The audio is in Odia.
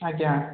ଆଜ୍ଞା